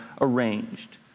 arranged